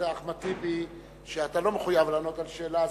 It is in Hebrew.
אחמד טיבי שאתה לא מחויב על השאלה הזאת,